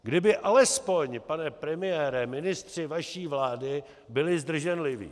Kdyby alespoň, pane premiére, ministři vaší vlády byli zdrženliví.